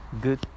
good